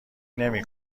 نمی